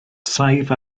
saif